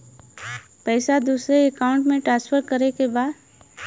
पैसा दूसरे अकाउंट में ट्रांसफर करें के बा?